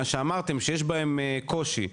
שאמרתם שיש בהם קושי,